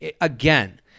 Again